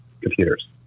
computers